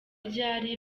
ryari